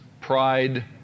pride